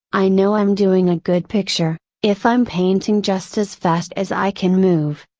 i know i'm doing a good picture, if i'm painting just as fast as i can move,